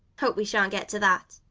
hope we shan't get to that.